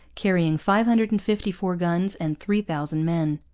carrying five hundred and fifty four guns and three thousand men.